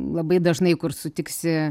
labai dažnai kur sutiksi